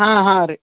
ಹಾಂ ಹಾಂ ರೀ